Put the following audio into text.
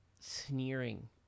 sneering